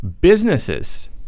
Businesses